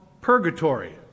purgatory